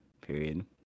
Period